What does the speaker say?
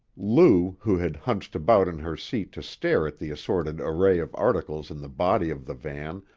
lou, who had hunched about in her seat to stare at the assorted array of articles in the body of the van,